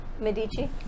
Medici